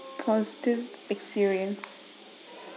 positive experience